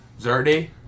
Zardy